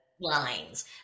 lines